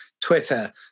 Twitter